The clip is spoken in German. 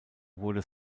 wurde